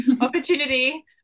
opportunity